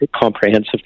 comprehensive